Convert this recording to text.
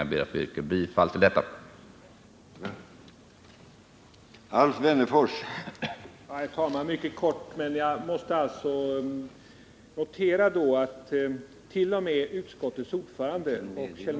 Jag ber att få yrka bifall till utskottets hemställan i betänkandet.